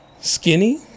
skinny